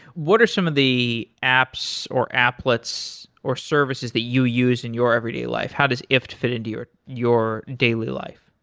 what are some of the apps or applets or services that you use in your everyday life? how does ifttt fit into your your daily life?